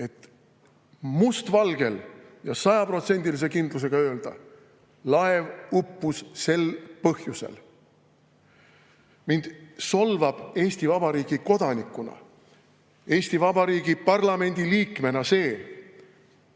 et must valgel ja sajaprotsendilise kindlusega öelda: laev uppus sel põhjusel. Mind solvab Eesti Vabariigi kodanikuna, Eesti Vabariigi parlamendiliikmena see, et